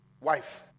wife